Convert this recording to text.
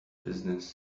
business